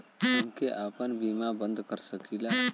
हमके आपन बीमा बन्द कर सकीला?